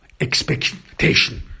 expectation